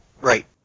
Right